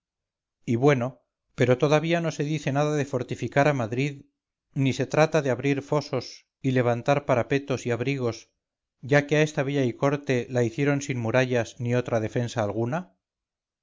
y bueno pero todavía no se dice nada de fortificar a madrid ni se trata de abrir fosos y levantar parapetos y abrigos ya que a esta villa y corte la hicieron sin murallas ni otra defensa alguna